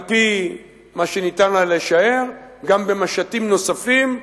על-פי מה שניתן היה לשער, גם במשטים נוספים.